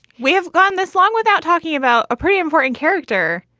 we have gone this long without talking about a pretty important character.